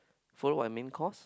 follow by main course